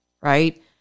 right